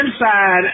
Inside